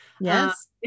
Yes